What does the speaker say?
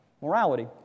morality